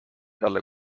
talle